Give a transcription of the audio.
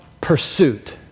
pursuit